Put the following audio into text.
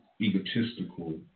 egotistical